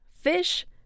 fish